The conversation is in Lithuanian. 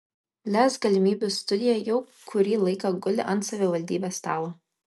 lez galimybių studija jau kurį laiką guli ant savivaldybės stalo